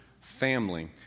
family